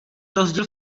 rozdíl